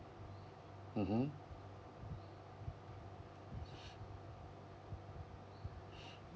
mmhmm